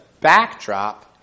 backdrop